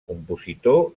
compositor